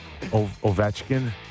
Ovechkin